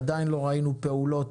עדיין לא ראינו פעולות,